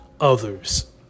others